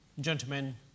gentlemen